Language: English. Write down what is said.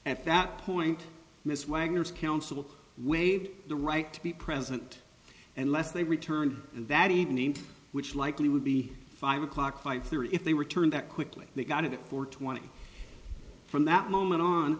at that point miss wagner's counsel waived the right to be present unless they returned and that evening which likely would be five o'clock five thirty if they returned that quickly they got it at four twenty from that moment on